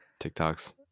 TikToks